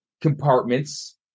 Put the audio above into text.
compartments